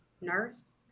nurse